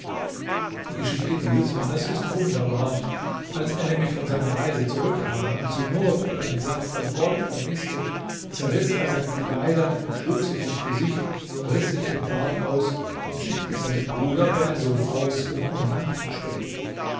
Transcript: die geschichte dieses mannes ist wunderbar als er nämlich von seiner reise zurückkam und sumurd und einen sack voll gold vermißte zerriß er seine kleider schlug sich ins gesicht riß sich den bart aus und schickte seinen bruder bersum aus um ihr nachzuspähen